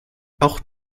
auch